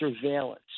surveillance